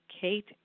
Kate